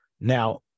Now